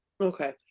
Okay